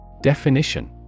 Definition